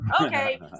Okay